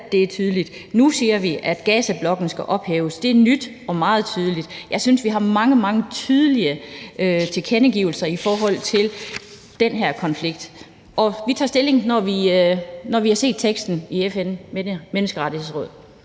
det er også tydeligt. Og nu siger vi, at Gazablokaden skal ophæves – det er nyt og meget tydeligt. Jeg synes, vi har mange, mange tydelige tilkendegivelser i forhold til den her konflikt. Og vi tager stilling, når vi har set teksten i FN's Menneskerettighedsråd.